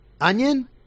onion